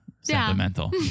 sentimental